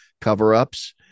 cover-ups